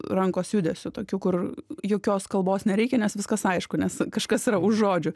rankos judesiu tokiu kur jokios kalbos nereikia nes viskas aišku nes kažkas yra už žodžių